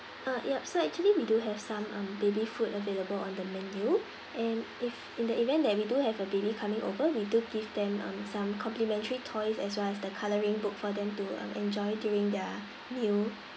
uh yup so actually we do have some um baby food available on the menu and if in the event that we do have a baby coming over we do give them um some complimentary toys as well as the colouring book for them to um enjoy during their meal